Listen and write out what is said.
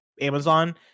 Amazon